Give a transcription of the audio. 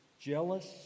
jealous